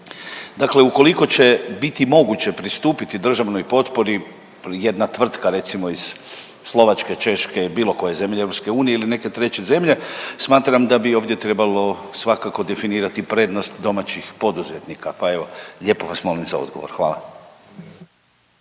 Dakle ukoliko će biti moguće pristupiti državnoj potpori, jedna tvrtka recimo iz Slovačke, Češke, bilo koje zemlje EU ili neke treće zemlje, smatram da bi ovdje trebalo svakako definirati prednost domaćih poduzetnika. Pa evo, lijepo vas molim za odgovor. Hvala.